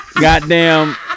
goddamn